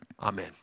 Amen